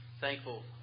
thankful